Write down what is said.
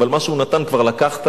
אבל מה שהוא נתן כבר לקחת.